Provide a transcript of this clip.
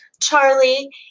Charlie